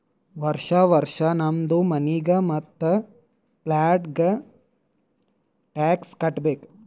ವರ್ಷಾ ವರ್ಷಾ ನಮ್ದು ಮನಿಗ್ ಮತ್ತ ಪ್ಲಾಟ್ಗ ಟ್ಯಾಕ್ಸ್ ಕಟ್ಟಬೇಕ್